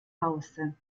hause